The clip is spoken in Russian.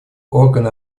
органы